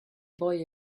boy